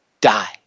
die